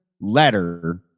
letter